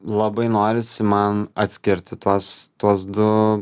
labai norisi man atskirti tuos tuos du